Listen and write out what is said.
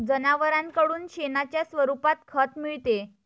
जनावरांकडून शेणाच्या स्वरूपात खत मिळते